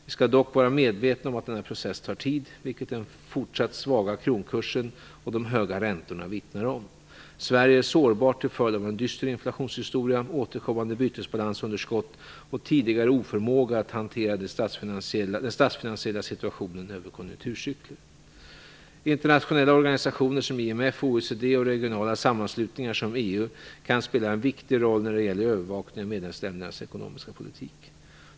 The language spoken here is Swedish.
Vi skall dock vara medvetna om att denna process tar tid, vilket den fortsatt svaga kronkursen och de höga räntorna vittnar om. Sverige är sårbart till följd av en dyster inflationshistoria, återkommande bytesbalansunderskott och tidigare oförmåga att hantera den statsfinansiella situationen över konjunkturcykler. Internationella organisationer som IMF och OECD och regionala sammanslutningar som EU kan spela en viktig roll när det gäller övervakningen av medlemsländernas ekonomiska politik.